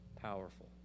powerful